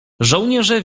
żołnierze